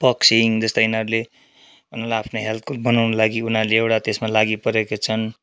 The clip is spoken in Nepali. बक्सिङ जस्ता यिनीहरूले आफ्नो हेल्थ कु बनाउनुको लागि उनीहरूले एउटा त्यसमा लागि परेका छन्